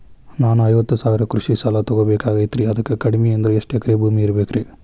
ನಾನು ಐವತ್ತು ಸಾವಿರ ಕೃಷಿ ಸಾಲಾ ತೊಗೋಬೇಕಾಗೈತ್ರಿ ಅದಕ್ ಕಡಿಮಿ ಅಂದ್ರ ಎಷ್ಟ ಎಕರೆ ಭೂಮಿ ಇರಬೇಕ್ರಿ?